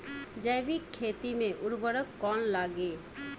जैविक खेती मे उर्वरक कौन लागी?